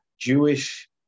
Jewish